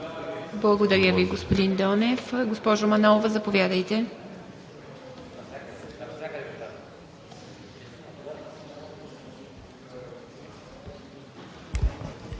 Благодаря Ви, господин Донев. Госпожо Манолова, заповядайте.